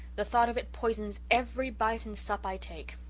the thought of it poisons every bite and sup i take.